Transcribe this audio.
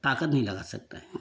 ताकत नहीं लगा सकता है